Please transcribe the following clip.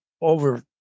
over